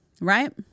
right